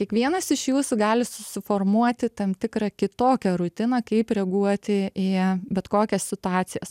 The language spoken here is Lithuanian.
kiekvienas iš jūsų gali susiformuoti tam tikrą kitokią rutiną kaip reaguoti į bet kokias situacijas